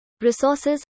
resources